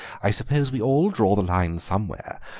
i suppose we all draw the line somewhere,